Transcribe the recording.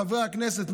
חברי הכנסת,